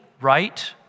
right